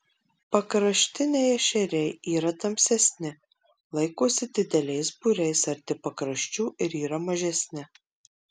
pakraštiniai ešeriai yra tamsesni laikosi dideliais būriais arti pakraščių ir yra mažesni